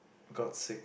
got sick